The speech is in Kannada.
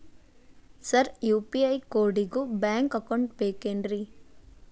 ಸರ್ ಯು.ಪಿ.ಐ ಕೋಡಿಗೂ ಬ್ಯಾಂಕ್ ಅಕೌಂಟ್ ಬೇಕೆನ್ರಿ?